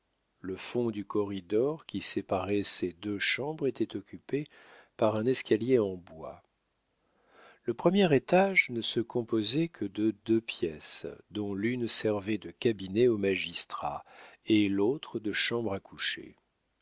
le fond du corridor qui séparait ces deux chambres était occupé par un escalier en bois le premier étage ne se composait que de deux pièces dont l'une servait de cabinet au magistrat et l'autre de chambre à coucher